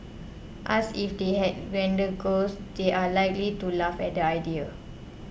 asked if they had grander goals they are likely to laugh at the idea